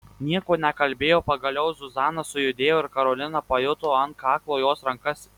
nieko nekalbėjo pagaliau zuzana sujudėjo ir karolina pajuto ant kaklo jos rankas